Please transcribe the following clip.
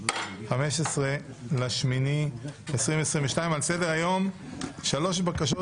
15 באוגוסט 2022. על סדר-היום 3 בקשות